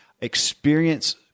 experience